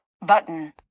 button